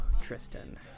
Tristan